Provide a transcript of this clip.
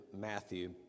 Matthew